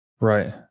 Right